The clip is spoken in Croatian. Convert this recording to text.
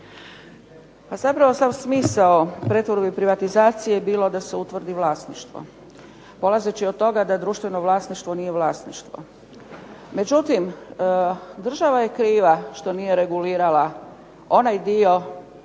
Pa dobro, sam smisao pretvorbe i privatizacije je bilo da se utvrdi vlasništvo. Polazeći od toga da društveno vlasništvo nije vlasništvo. Međutim, država je kriva što nije regulirala onaj dio vlasništva